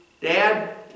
dad